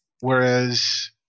Whereas